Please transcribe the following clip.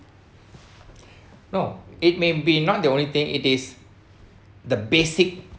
no it may be not the only thing it is the basic